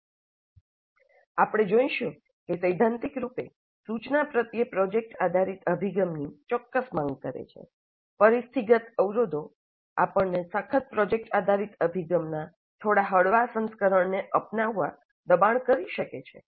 આપણે જોઇશું કે સૈદ્ધાંતિક રૂપે સૂચના પ્રત્યે પ્રોજેક્ટ આધારિત અભિગમની ચોક્કસ માંગ કરે છે પરિસ્થિતિગત અવરોધો આપણને સખત પ્રોજેક્ટ આધારિત અભિગમનાં થોડા હળવા સંસ્કરણ ને અપનાવવા દબાણ કરી શકે છે